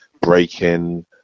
breaking